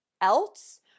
else